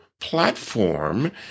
platform